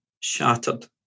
shattered